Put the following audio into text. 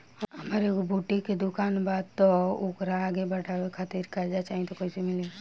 हमार एगो बुटीक के दुकानबा त ओकरा आगे बढ़वे खातिर कर्जा चाहि त कइसे मिली?